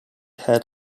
had